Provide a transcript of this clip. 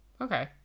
Okay